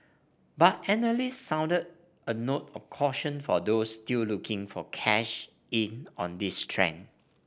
but analysts sounded a note of caution for those still looking for cash in on this trend